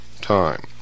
Time